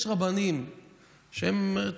יש רבנים שמגיעים,